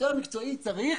שוטר מקצועי צריך